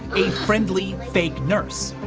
a friendly fake nurse,